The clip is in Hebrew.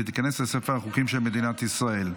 ותיכנס לספר החוקים של מדינת ישראל.